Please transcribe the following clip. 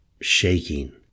shaking